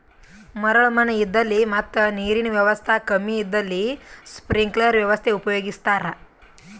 ಮರಳ್ ಮಣ್ಣ್ ಇದ್ದಲ್ಲಿ ಮತ್ ನೀರಿನ್ ವ್ಯವಸ್ತಾ ಕಮ್ಮಿ ಇದ್ದಲ್ಲಿ ಸ್ಪ್ರಿಂಕ್ಲರ್ ವ್ಯವಸ್ಥೆ ಉಪಯೋಗಿಸ್ತಾರಾ